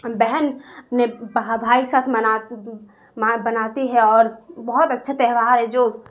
بہن اپنے بھائی کے ساتھ منا بناتی ہے اور بہت اچھا تہوار ہے جو